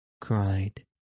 cried